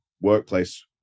workplace